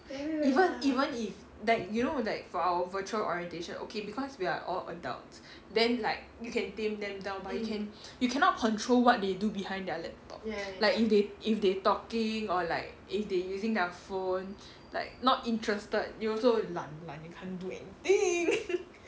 even even if that you know like for our virtual orientation okay because we are all adults then like you can tame them down but you can you cannot control what they do behind their laptop like if they if they talking or like if they using their phones like not interested you also lan lan you can't do anything